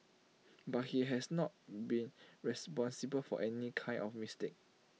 but he has not been responsible for any kind of mistake